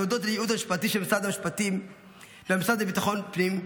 ולהודות לייעוץ המשפטי של משרד המשפטים והמשרד לביטחון פנים,